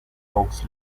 oakes